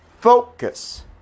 focus